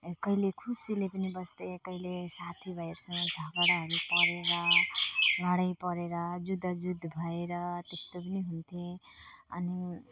कहिले खुसीले पनि बस्थ्यौँ कहिले साथीभाइसँग झगडाहरू परेर लडाइँ परेर जुधाजुध भएर त्यस्तो पनि हुन्थ्यौँ अनि